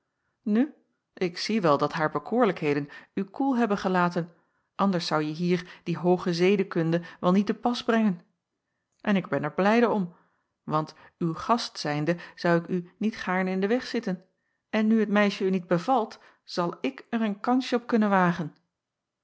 nu ik zie wel dat haar bekoorlijkheden u koel hebben gelaten anders zouje hier die hooge zedekunde wel niet te pas brengen en ik ben er blijde om want uw gast zijnde zou ik u niet gaarne in den weg zitten en nu het meisje u niet bevalt zal ik er een kansje op kunnen wagen